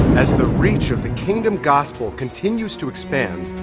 as the reach of the kingdom gospel continues to expand,